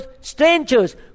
strangers